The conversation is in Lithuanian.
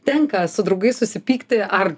tenka su draugais susipykti ar